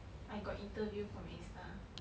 I got interview from A star